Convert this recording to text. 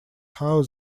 how